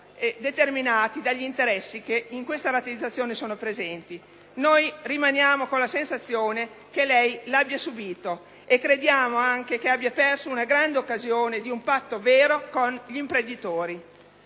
determinate dagli interessi che in questa rateizzazione sono presenti. Noi rimaniamo con la sensazione che lei l'abbia subito e crediamo anche che abbia perso una grande occasione per fare un patto vero con gli imprenditori.